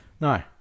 No